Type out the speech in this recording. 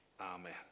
Amen